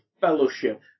fellowship